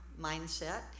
mindset